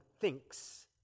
thinks